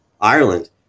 ireland